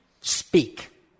Speak